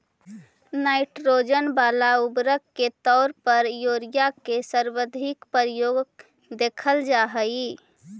nitrogen वाला उर्वरक के तौर पर यूरिया के सर्वाधिक प्रयोग देखल जा हइ